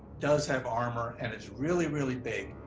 does have armor, and it's really, really big.